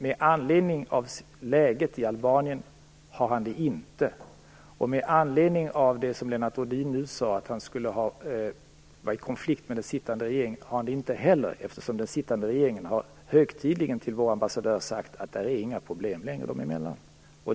Med anledning av läget i Albanien har han det dock inte, och med anledning av det Lennart Rohdin nu sade, att han skulle vara i konflikt med den sittande regeringen, har han det inte heller. Den sittande regeringen har ju högtidligen sagt till vår ambassadör att det inte längre finns några problem dem emellan.